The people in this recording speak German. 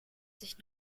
sich